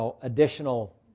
additional